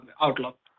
outlook